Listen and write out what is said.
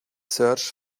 search